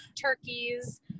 turkeys